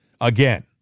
again